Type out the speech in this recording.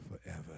forever